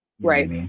right